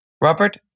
Robert